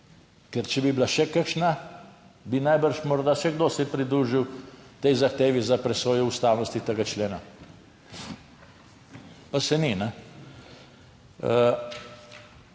Ker če bi bila še kakšna, bi najbrž morda še kdo se pridružil tej zahtevi za presojo ustavnosti tega člena. Pa se ni.